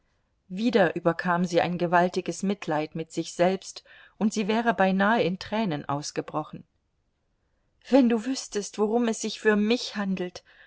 wieder überkam sie ein gewaltiges mitleid mit sich selbst und sie wäre beinahe in tränen ausgebrochen wenn du wüßtest worum es sich für mich handelt